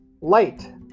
Light